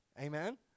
Amen